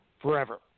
forever